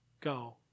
go